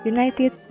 United